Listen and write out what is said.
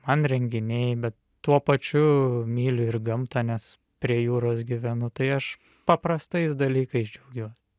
man renginiai bet tuo pačiu myliu ir gamtą nes prie jūros gyvenu tai aš paprastais dalykais džiaugiuos